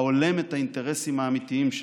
ההולם את האינטרסים האמיתיים שלהם.